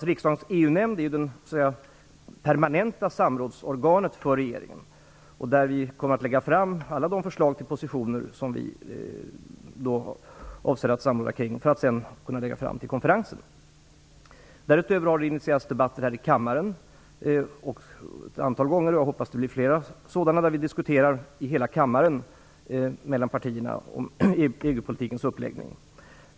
Riksdagens EU-nämnd är det permanenta samrådsorganet för regeringen. Där kommer vi att lägga fram alla de förslag till positioner som vi vill samråda kring för att sedan kunna lägga fram vid konferensen. Därutöver har det initierats debatter här i kammaren ett antal gånger - och jag hoppas att det blir flera sådana - där vi diskuterar mellan partierna om EU politikens uppläggning.